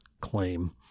claim